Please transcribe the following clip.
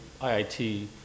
IIT